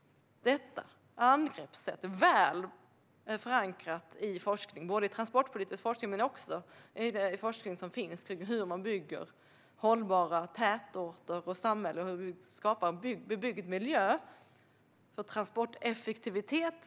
Detta angreppssätt är väl förankrat både i transportpolitisk forskning och i forskning om hur man bygger hållbara tätorter och samhällen och skapar bebyggd miljö för transporteffektivitet.